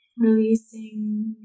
Releasing